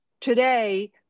Today